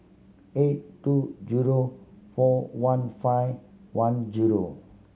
eight two zero four one five one zero